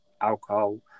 alcohol